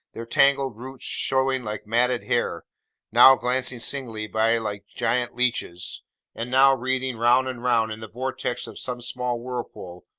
their tangled roots showing like matted hair now glancing singly by like giant leeches and now writhing round and round in the vortex of some small whirlpool,